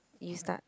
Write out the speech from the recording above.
you start